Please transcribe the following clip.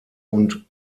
und